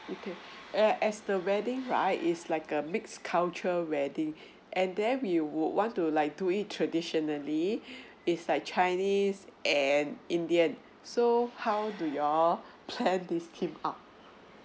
okay and as the wedding right is like a mix culture wedding and then we would want to like to eat traditionally it's like chinese and indian so how do you all plan this theme up